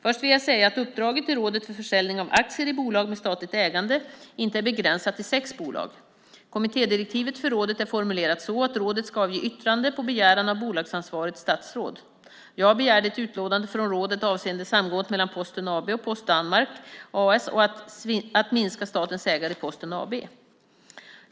Först vill jag säga att uppdraget till Rådet för försäljning av aktier i bolag med statligt ägande inte är begränsat till sex bolag. Kommittédirektivet för rådet är formulerat så att rådet ska avge yttrande på begäran av bolagsansvarigt statsråd. Jag begärde ett utlåtande från rådet avseende samgående mellan Posten AB och Post Danmark A/S och att minska statens ägande i Posten AB.